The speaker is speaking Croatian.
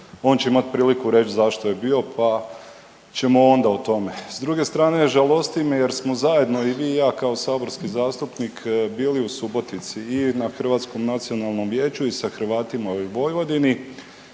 on će imati priliku reći zašto je bio, pa ćemo onda o tome. S druge strane žalosti me jer smo zajedno i vi i ja kao saborski zastupnik bili u Subotici i na Hrvatskom nacionalnom vijeću i sa Hrvatima u Vojvodini